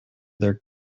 their